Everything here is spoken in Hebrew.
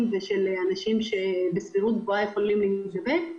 ושל אנשים שבסבירות גבוהה יכולים היו להידבק,